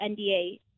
nda